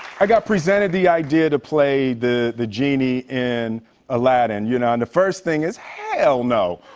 i got presented the idea to play the the genie in aladdin, you know, and the first thing is, hell no.